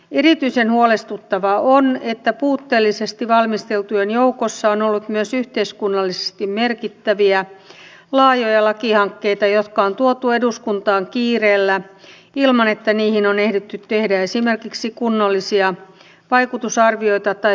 erityisen huolestuttavaa on että puutteellisesti valmisteltujen joukossa on ollut myös yhteiskunnallisesti merkittäviä laajoja lakihankkeita jotka on tuotu eduskuntaan kiireellä ilman että niihin on ehditty tehdä esimerkiksi kunnollisia vaikutusarvioita tai säätämisjärjestysperusteluja